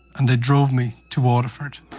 and they drove me to waterford.